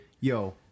Yo